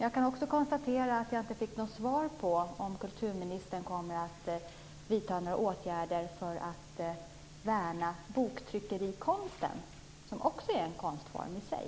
Jag kan också konstatera att jag inte fick något svar på om kulturministern kommer att vidta några åtgärder för att värna boktryckerikonsten, som också är en konstform i sig.